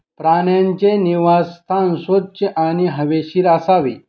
प्राण्यांचे निवासस्थान स्वच्छ आणि हवेशीर असावे